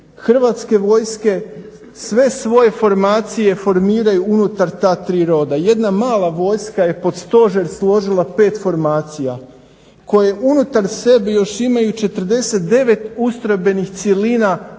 Hrvatske vojske sve svoje formacije formiraju unutar ta tri roda. Jedna mala vojska je pod stožer složila pet formacija koje unutar sebe još imaju 49 ustrojbenih cjelina koje